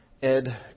Ed